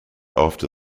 after